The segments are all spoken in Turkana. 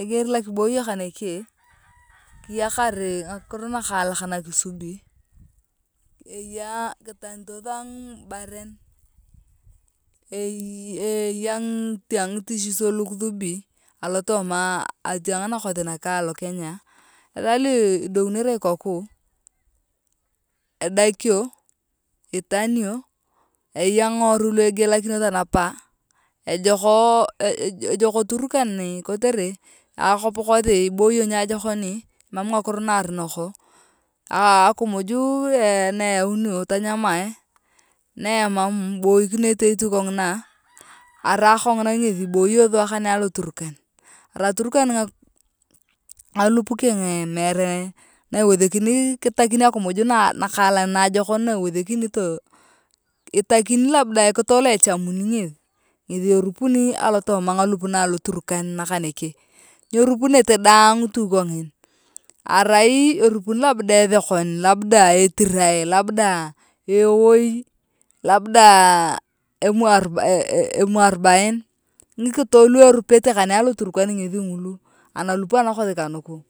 Eger lo kiboyo kaneko kiyakar nyakiro nakisubi eyei kitanit thua ngibaren eyeiiii eyei ngatichisio lukusubi alotooma atiang itakothi naka a lokenya etha lo idounere ikoku edakio itanio eya ngwarui lu egelakia tanapae ejok turkana kotere akop kothi iboyo niajokom mam ngakiro naaronoko aaa akimu na eyaunio tanyamae nae mam kiboikinetee tu kongina arau kongina ngethi iboyoo thuwa kane aloturkan erai turkan ngolup keng mere naiwethekin kuitakin akimuj nakalaan naajokon etakin labda ekitoe lo echamuni ngeth ngethi erupuni alstooma ngalup na ioturkan nakaneke nyerupunete daang tu kongin arai erupuni labda ethekon labda etirau labda ewoi labda emwarubaini ngikito lu erupitekane aloturkan ngethi ngulu analup anakothi kanuku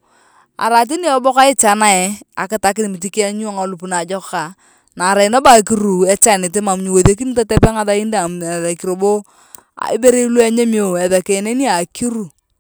arai teni eboka ichanae akitare lakini miti kianyu iyong ngalup naajokak na arain abo akiro echanit mam nyiwethekini totep ngathain daang ethaki robo nguberei lu enyemanio ethekane ni akiru.